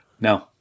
No